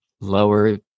lower